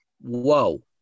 Whoa